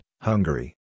Hungary